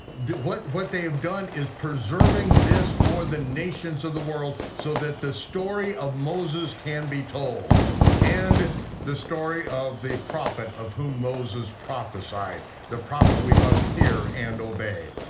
what what they have done is preserving this for the nations of the world so that the story of moses can be told and the story of the prophet of whom moses prophesied, the prophet we must hear and obey.